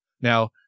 Now